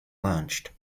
launched